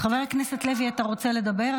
חבר הכנסת לוי, אתה רוצה לדבר?